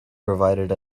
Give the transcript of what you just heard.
provided